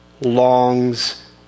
longs